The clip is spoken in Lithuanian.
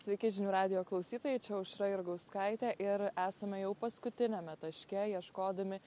sveiki žinių radijo klausytojai čia aušra jurgauskaitė ir esame jau paskutiniame taške ieškodami